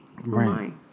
Right